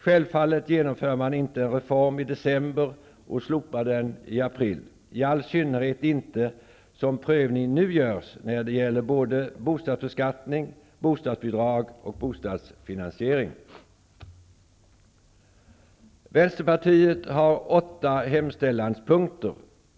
Självfallet genomför man inte en reform i december och slopar den i april, i all synnerhet inte som prövning nu görs när det gäller bostadsbeskattning, bostadsbidrag och bostadsfinansiering. Vänsterpartiet har åtta hemställanspunkter.